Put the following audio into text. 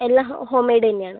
എല്ലാ ഹോം മെയ്ഡെന്നെയാണ്